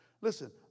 listen